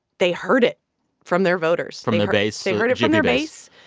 they heard it from their voters from their base they heard it from their base.